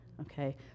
okay